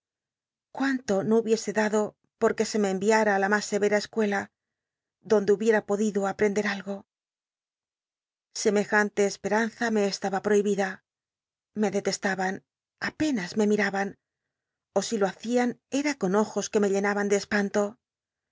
cuánlo no hubiese dado porque se me enviara á la mas e em escuela donde hubiera podido ap endcr algo semejante espel'anz'a me estaba prohibida me detestaban apenas me miraban ó si lo hacían era con ojos que me llenaban de espanto